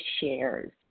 shares